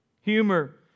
Humor